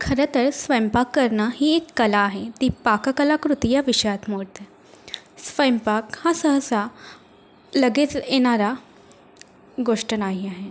खरंतर स्वयंपाक करणं ही एक कला आहे ती पाककलाकृती या विषयात मोडते स्वयंपाक हा सहसा लगेच येणारा गोष्ट नाही आहे